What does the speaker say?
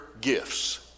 gifts